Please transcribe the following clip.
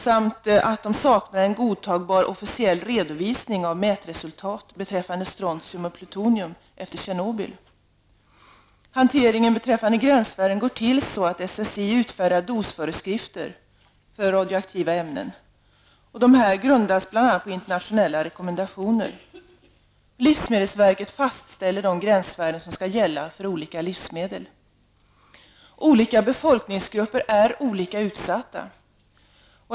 I miljöpartiet saknar man också en godtagbar officiell redovisning av mätresultat beträffande strontium och plutonium efter Tjernobyl. Hanteringen beträffande gränsvärden går till så att SSI utfärdar dosföreskrifter för radioaktiva ämnen. Dessa grundas bl.a. på internationella rekommendationer. Livsmedelsverket fastställer de gränsvärden som skall gälla för olika livsmedel. Olika befolkningsgrupper är olika utsatta.